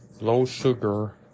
low-sugar